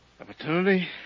Opportunity